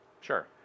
Sure